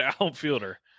outfielder